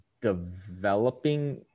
developing